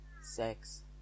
sex